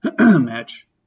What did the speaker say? match